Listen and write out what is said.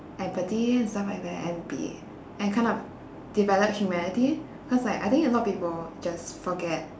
empathy and stuff like that and be and kind of develop humanity cause like I think a lot of people just forget